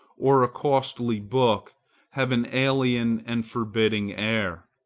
or a costly book have an alien and forbidding air,